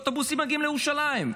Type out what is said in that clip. אוטובוסים מגיעים לירושלים.